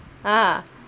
ha